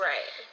Right